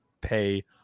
pay